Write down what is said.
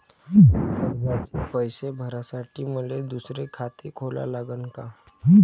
कर्जाचे पैसे भरासाठी मले दुसरे खाते खोला लागन का?